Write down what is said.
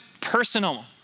personal